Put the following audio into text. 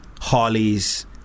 Harley's